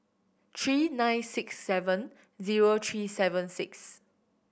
three nine six seven zero three seven six